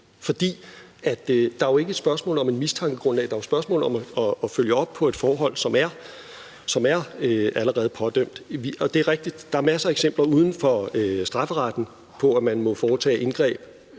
det jo ikke er et spørgsmål om et mistankegrundlag. Det er spørgsmål om at følge op på et forhold, som allerede er pådømt. Det er rigtigt, at der er masser af eksempler uden for strafferetten på, at man må foretage indgreb